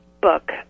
book